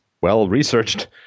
well-researched